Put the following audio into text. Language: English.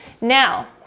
now